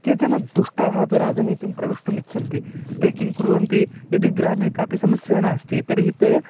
केचन दुष्टाः अपि राजनीतिं प्रवेष्टुमिच्छन्ति ते किं कुर्वन्ति यदि ग्रामे कापि समस्या नास्ति तर्हि ते